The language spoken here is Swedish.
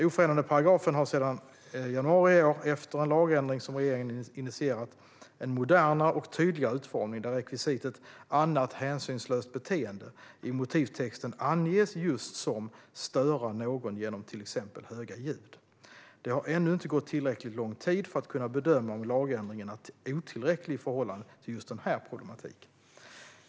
Ofredandeparagrafen har sedan januari i år, efter en lagändring som regeringen initierat, en modernare och tydligare utformning där rekvisitet "annat hänsynslöst beteende" i motivtexten anges just som "störa någon genom t.ex. höga ljud". Det har ännu inte gått tillräckligt lång tid för att kunna bedöma om lagändringen är otillräcklig i förhållande till just den här problematiken.